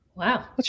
Wow